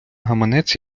гаманець